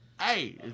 Hey